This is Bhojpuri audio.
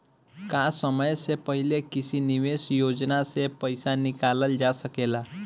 का समय से पहले किसी निवेश योजना से र्पइसा निकालल जा सकेला?